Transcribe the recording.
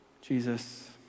Jesus